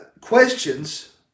questions